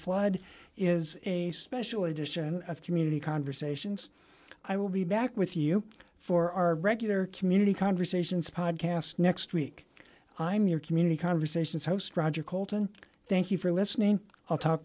flood is a special edition of community conversations i will be back with you for our regular community conversations podcast next week i'm your community conversations host roger coulton thank you for listening i'll talk